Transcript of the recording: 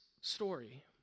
Story